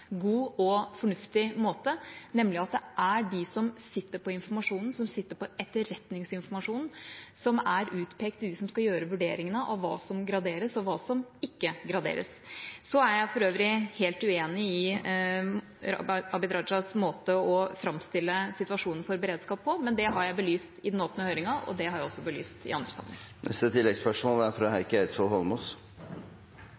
god og fornuftig måte, nemlig at det er de som sitter på etterretningsinformasjonen som er utpekt til å gjøre vurderingene av hva som graderes, og hva som ikke graderes. Jeg er for øvrig helt uenig i Abid Q. Rajas måte å framstille situasjonen for beredskap på, men det har jeg belyst i den åpne høringen, og det har jeg også belyst i andre sammenhenger. Heikki Eidsvoll Holmås – til oppfølgingsspørsmål. Det er